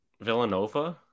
Villanova